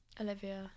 Olivia